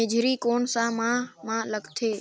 मेझरी कोन सा माह मां लगथे